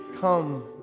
Come